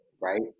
Right